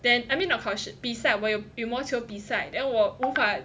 then I mean not 考试比赛有羽毛球比赛 then 我无法